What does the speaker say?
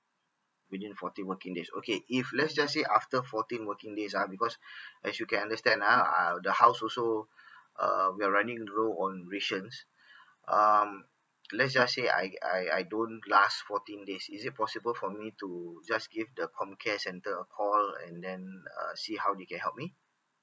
within fourteen working days okay if let's just say after fourteen working days ah because as you can understand ah uh the house also uh we're running low on rations um let's just say I I I don't last fourteen days is it possible for me to just give the COMCARE center a call and then uh see how they can help me